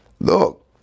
look